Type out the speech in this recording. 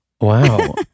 Wow